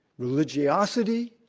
religiosity,